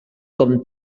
com